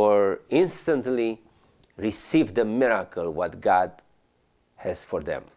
or instantly received a miracle what god has for them